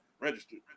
registered